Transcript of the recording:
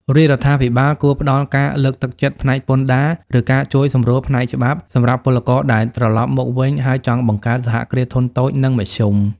រាជរដ្ឋាភិបាលគួរផ្ដល់ការលើកទឹកចិត្តផ្នែកពន្ធដារ ឬការជួយសម្រួលផ្នែកច្បាប់ សម្រាប់ពលករដែលត្រឡប់មកវិញហើយចង់បង្កើត សហគ្រាសធុនតូច និងមធ្យម ។